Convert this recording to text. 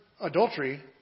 adultery